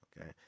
Okay